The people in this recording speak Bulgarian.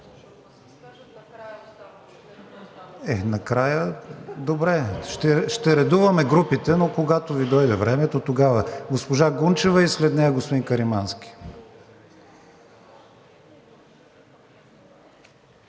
Е, накрая… Добре, ще редуваме групите, но когато Ви дойде времето, тогава. Госпожа Гунчева и след нея господин Каримански.